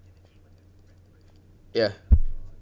ya